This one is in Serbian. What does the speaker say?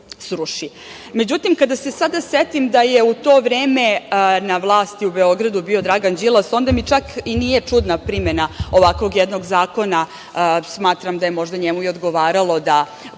sruši.Međutim, kada se setim da je u to vreme na vlasti u Beogradu bio Dragan Đilas, onda mi čak i nije čudna primena ovakvog jednog zakona. Smatram da je možda njemu i odgovaralo da